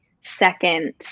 second